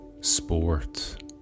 sport